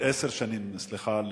סליחה,